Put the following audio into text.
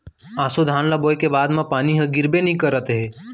ऑसो धान ल बोए के बाद म पानी ह गिरबे नइ करत हे